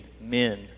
men